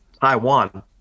Taiwan